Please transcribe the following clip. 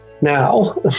Now